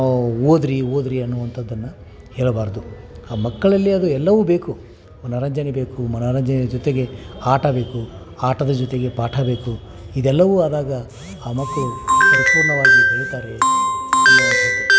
ನಾವು ಓದಿರಿ ಓದಿರಿ ಅನ್ನುವಂಥದ್ದನ್ನು ಹೇಳಬಾರದು ಆ ಮಕ್ಕಳಲ್ಲಿ ಅದು ಎಲ್ಲವೂ ಬೇಕು ಮನೋರಂಜನೆ ಬೇಕು ಮನೋರಂಜನೆ ಜೊತೆಗೆ ಆಟ ಬೇಕು ಆಟದ ಜೊತೆಗೆ ಪಾಠ ಬೇಕು ಇದೆಲ್ಲವೂ ಆದಾಗ ಆ ಮಕ್ಕಳು ಪರಿಪೂರ್ಣವಾಗಿ ಬೆಳೀತಾರೆ ಅನ್ನುವಂಥದ್ದು